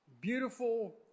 beautiful